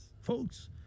Folks